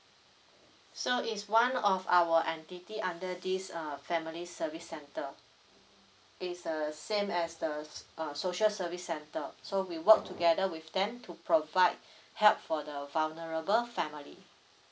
so it's one of our entity under this uh family service centre it's the same as the uh social service centre so we work together with them to provide help for the vulnerable family